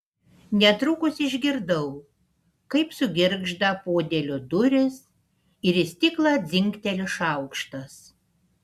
netrukus išgirdau kaip sugirgžda podėlio durys ir į stiklą dzingteli šaukštas